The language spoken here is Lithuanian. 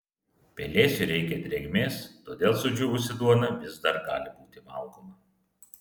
pelėsiui reikia drėgmės todėl sudžiūvusi duona vis dar gali būti valgoma